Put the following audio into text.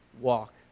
walk